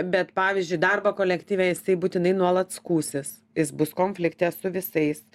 bet pavyzdžiui darbo kolektyve jisai būtinai nuolat skųsis jis bus konflikte su visais